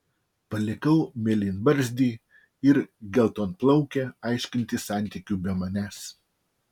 palikau mėlynbarzdį ir geltonplaukę aiškintis santykių be manęs